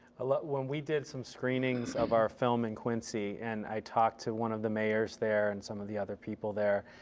ah when we did some screenings of our film in quincy and i talked to one of the mayors there, and some of the other people there,